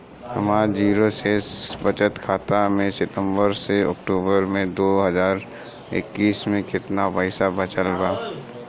हमार जीरो शेष बचत खाता में सितंबर से अक्तूबर में दो हज़ार इक्कीस में केतना पइसा बचल बा?